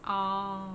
orh